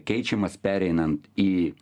keičiamas pereinant į